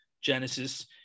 Genesis